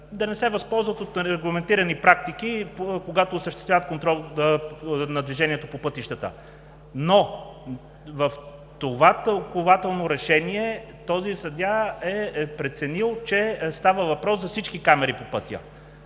да не се възползват от нерегламентирани практики, когато осъществяват контрол на движението по пътищата. Но в това тълкувателно решение този съдия е преценил, че става въпрос за всички камери по пътя.